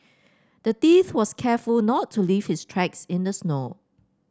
the thief was careful not to leave his tracks in the snow